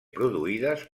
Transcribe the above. produïdes